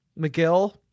McGill